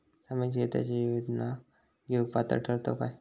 सामाजिक क्षेत्राच्या योजना घेवुक पात्र ठरतव काय?